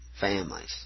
families